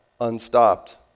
unstopped